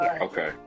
Okay